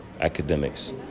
academics